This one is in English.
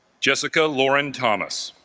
jessica lauren thomas